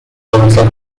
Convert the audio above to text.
واست